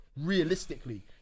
realistically